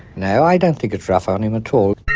no, i don't think it's rough on him at all.